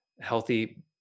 healthy